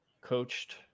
coached